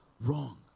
wrong